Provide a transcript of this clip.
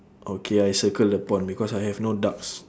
okay I circle the pond because I have no ducks